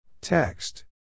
text